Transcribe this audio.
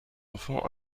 enfants